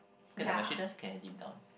okay lah but she does care deep down